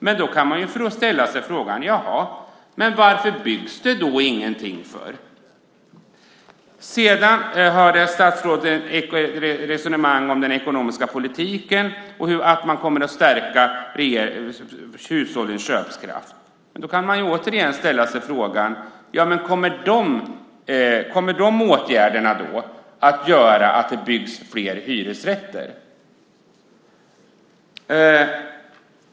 Men då kan man ställa sig frågan: Varför byggs det då inget? Sedan har statsrådet ett resonemang om den ekonomiska politiken. Man kommer att stärka hushållens köpkraft. Då kan man ställa sig frågan: Kommer de åtgärderna att göra att det byggs fler hyresrätter?